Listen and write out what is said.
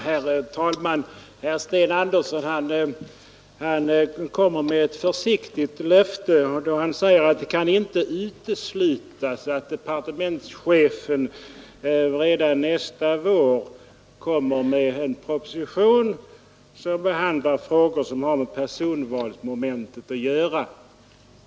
Herr talman! Herr Sten Andersson avgav ett försiktigt löfte, då han sade att det inte kan uteslutas att departementschefen redan nästa vår lägger fram en proposition i vilken sådana frågor behandlas som har med personvalsmomentet att göra.